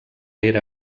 era